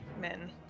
men